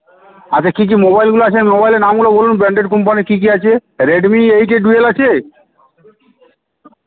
আচ্ছা কী কী মোবাইলগুলো আছে মোবাইলের নামগুলো বলুন ব্র্যান্ডেড কোম্পানি কী কী আছে রেডমি এইট এ ডুয়েল আছে